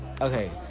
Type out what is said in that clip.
Okay